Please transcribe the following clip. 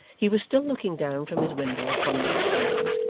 he was still looking down from his window upon these things,